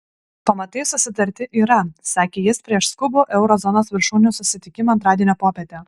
pamatai susitarti yra sakė jis prieš skubų euro zonos viršūnių susitikimą antradienio popietę